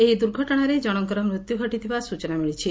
ଏହି ଦୁର୍ଘଟଶାରେ ଜଣଙ୍କର ମୃତ୍ୟୁ ଘଟିଥିବା ସୂଚନା ମିଳିଛି